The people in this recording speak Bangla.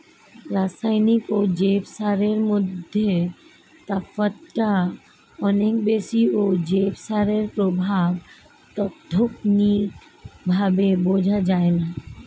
রাসায়নিক ও জৈব সারের মধ্যে তফাৎটা অনেক বেশি ও জৈব সারের প্রভাব তাৎক্ষণিকভাবে বোঝা যায়না